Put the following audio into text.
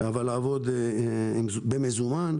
לעבוד במזומן.